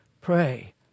pray